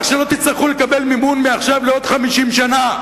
שלא תצטרכו לקבל מימון מעכשיו לעוד 50 שנה,